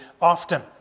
often